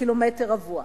לקילומטר רבוע.